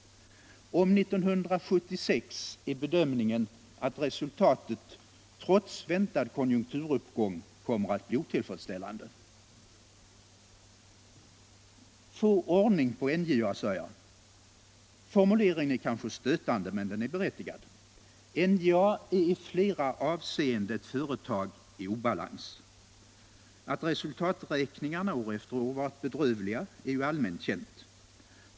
Om 1976 är bedömningen att resultatet trots väntad konjunkturuppgång kommer att bli otillfredsställande. ”Få ordning på NJA”, sade jag. Formuleringen är kanske stötande, men den är berättigad. NJA är i flera avseenden ett företag i obalans. Att resultaträkningarna år efter år varit bedrövliga är ju allmänt känt.